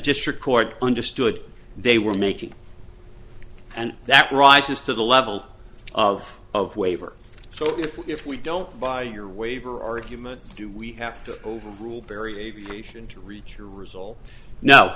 district court understood they were making and that rises to the level of of waiver so if we don't buy your waiver argument do we have to overrule barry aviation to reach a result no